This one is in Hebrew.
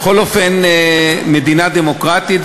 בכל אופן, מדינה דמוקרטית.